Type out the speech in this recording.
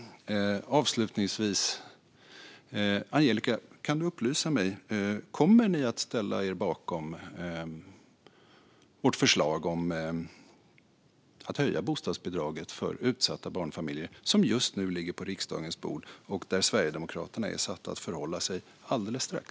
Avslutningsvis, Angelica Lundberg, kan du upplysa mig: Kommer ni att ställa er bakom vårt förslag om att höja bostadsbidraget för utsatta barnfamiljer som just nu ligger på riksdagens bord och där Sverigedemokraterna är satta att förhålla sig alldeles strax?